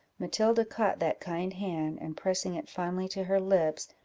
matilda caught that kind hand, and, pressing it fondly to her lips,